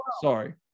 Sorry